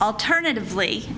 alternatively